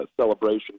celebration